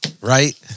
Right